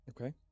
Okay